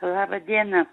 laba diena